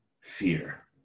fear